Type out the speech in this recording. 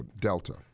delta